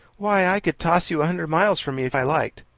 why, i could toss you a hundred miles from me if i liked.